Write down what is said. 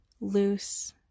loose